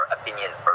opinions